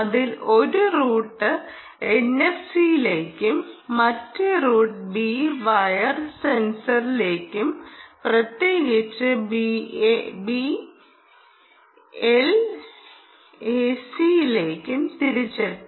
അതിൽ ഒരു റൂട്ട് എൻഎഫ്സിയിലേക്കും മറ്റേ റൂട്ട് ബി വയർലെസിലേക്കും പ്രത്യേകിച്ച് ബിഎൽഎയിലേക്കും തിരിച്ചെത്തി